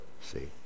See